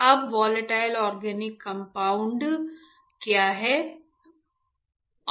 VOC volatile organic compound क्या है